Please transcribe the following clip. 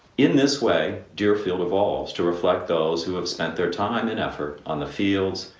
in this way, deerfield evolves to reflect those who have spent their time and effort on the fields,